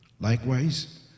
Likewise